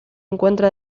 encuentra